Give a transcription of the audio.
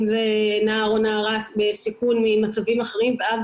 אם זה נער או נערה בסיכון ממצבים אחרים ואז